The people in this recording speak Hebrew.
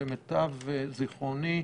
למיטב זיכרוני,